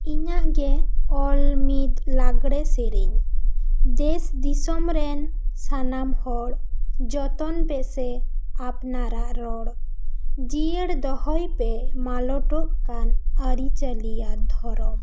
ᱤᱧᱟᱹᱜ ᱜᱮ ᱚᱞ ᱢᱤᱫ ᱞᱟᱜᱽᱬᱮ ᱥᱮᱨᱮᱧ ᱫᱮᱥ ᱫᱤᱥᱚᱢ ᱨᱮᱱ ᱥᱟᱱᱟᱢ ᱦᱚᱲ ᱡᱚᱛᱚᱱ ᱯᱮᱥᱮ ᱟᱯᱱᱟᱨᱟᱜ ᱨᱚᱲ ᱡᱤᱭᱟᱹᱲ ᱫᱚᱦᱚᱭ ᱯᱮ ᱢᱟᱞᱚᱴᱚᱜ ᱠᱟᱱ ᱟᱹᱨᱤ ᱪᱟᱹᱞᱤ ᱟᱨ ᱫᱷᱚᱨᱚᱢ